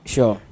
Sure